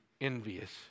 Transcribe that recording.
envious